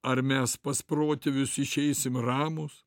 ar mes pas protėvius išeisime ramūs